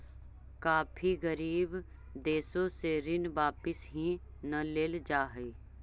काफी गरीब देशों से ऋण वापिस ही न लेल जा हई